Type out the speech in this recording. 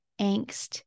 angst